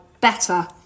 better